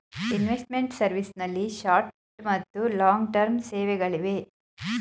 investment service ನಲ್ಲಿ short ಮತ್ತು long term ಸೇವೆಗಳಿಗೆ